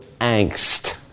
angst